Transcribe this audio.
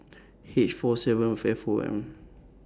H four seven F O M